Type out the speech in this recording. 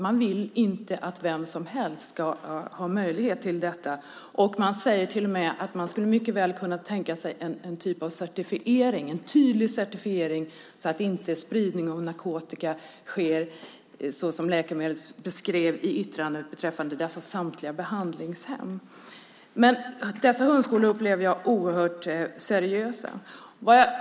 Man vill inte att vem som helst ska ha möjlighet till detta. Man säger till och med att man mycket väl skulle kunna tänka sig en typ av certifiering, en tydlig certifiering, så att inte spridning av narkotika sker såsom Läkemedelsverket beskrev i yttrandet beträffande dessa samtliga behandlingshem. Men hundskolorna upplever jag som oerhört seriösa.